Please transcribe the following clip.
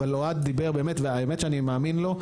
אבל אוהד באמת דיבר והאמת שאני מאמין לו,